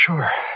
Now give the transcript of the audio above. Sure